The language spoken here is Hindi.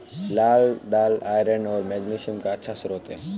लाल दालआयरन और मैग्नीशियम का अच्छा स्रोत है